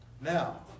Now